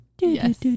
yes